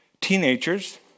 teenagers